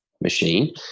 machine